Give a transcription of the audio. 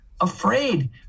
afraid